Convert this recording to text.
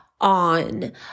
on